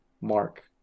Mark